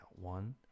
one